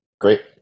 great